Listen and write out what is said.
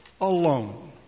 alone